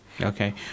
Okay